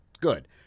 good